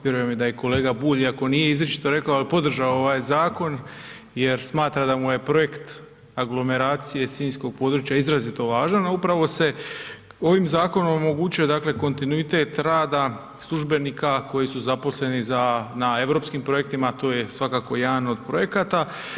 Vjerujem da je i kolega Bulj iako to nije izričito rekao, ali podržao ovaj zakon jer smatra da mu je projekt Aglomeracije sinjskog područja izrazito važan, a upravo se ovim zakonom omogućuje kontinuitet rada službenika koji su zaposleni na europskim projektima, a to je svakako jedan od projekata.